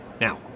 now